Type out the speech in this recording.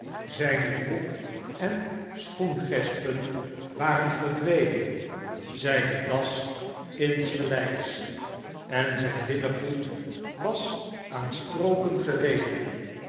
zijne broek en schoengespen waren verdwenen zijne das insgelijks en zijn linnengoed was aan strooken